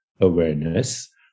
awareness